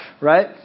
right